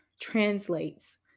translates